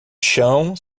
chão